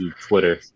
Twitter